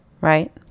Right